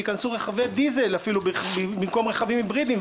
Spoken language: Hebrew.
שייכנסו רכבי דיזל אפילו במקום רכבים היברידיים.